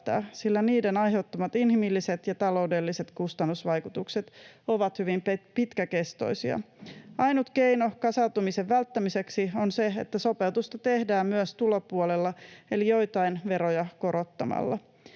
sillä niiden aiheuttamat inhimilliset ja taloudelliset kustannusvaikutukset ovat hyvin pitkäkestoisia. Ainut keino kasautumisen välttämiseksi on se, että sopeutusta tehdään myös tulopuolella eli joitain veroja korottamalla.